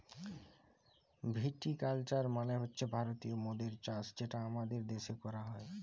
ভিটি culture মালে হছে ভারতীয় মদের চাষ যেটা আমাদের দ্যাশে ক্যরা হ্যয়